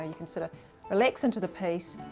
ah you can sort of relax into the piece.